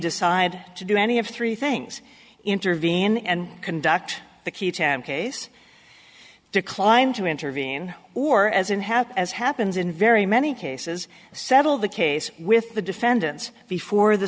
decide to do any of three things intervene and conduct the ki chan case declined to intervene or as unhappy as happens in very many cases settle the case with the defendants before the